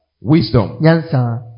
wisdom